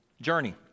journey